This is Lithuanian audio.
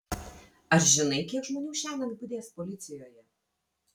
ar žinai kiek žmonių šiąnakt budės policijoje